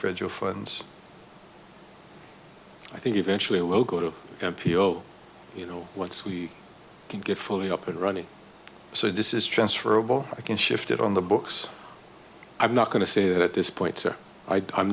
federal funds i think eventually it will go to n p r you know once we can get fully up and running so this is transferable i can shift it on the books i'm not going to say that at this point so i